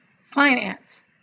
finance